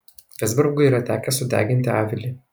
vezbergui yra tekę sudeginti avilį